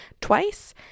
twice